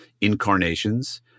incarnations